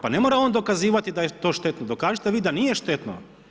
Pa ne mora on dokazivati da je to štetno, dokažite vi da nije štetno.